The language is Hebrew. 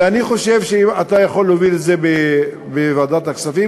ואני חושב שאם אתה יכול להוביל את זה בוועדת הכספים,